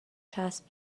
چسب